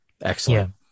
Excellent